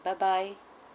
bye bye